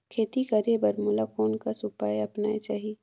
खेती करे बर मोला कोन कस उपाय अपनाये चाही?